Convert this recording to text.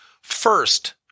First